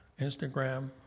Instagram